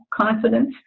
confidence